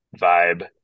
vibe